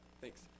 thanks